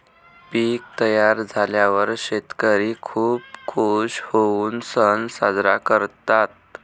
पीक तयार झाल्यावर शेतकरी खूप खूश होऊन सण साजरा करतात